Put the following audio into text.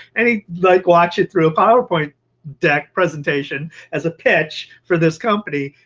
and he like watch it through a powerpoint deck presentation as a pitch for this company.